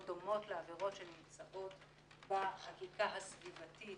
דומות לעבירות שנמצאות בחקיקה הסביבתית,